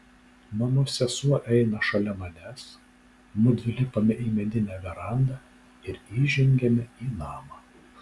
mano sesuo eina šalia manęs mudvi lipame į medinę verandą ir įžengiame į namą